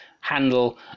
handle